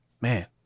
Man